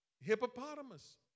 hippopotamus